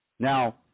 Now